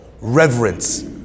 reverence